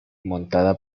montada